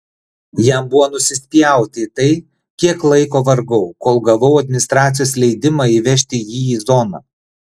jam buvo nusispjauti į tai kiek laiko vargau kol gavau administracijos leidimą įvežti jį į zoną